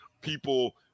people